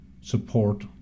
support